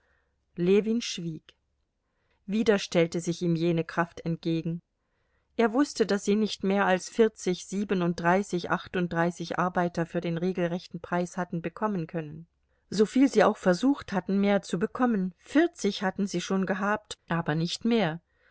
ljewin schwieg wieder stellte sich ihm jene kraft entgegen er wußte daß sie nicht mehr als vierzig siebenunddreißig achtunddreißig arbeiter für den regelrechten preis hatten bekommen können soviel sie auch versucht hatten mehr zu bekommen vierzig hatten sie schon gehabt aber nicht mehr